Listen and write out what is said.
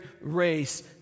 race